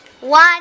one